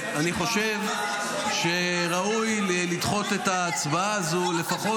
אני חושב שראוי לדחות את ההצבעה הזו לפחות